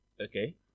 Okay